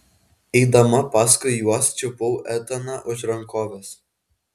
eidama paskui juos čiupau etaną už rankovės